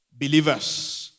believers